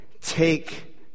take